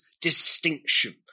distinction